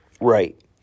Right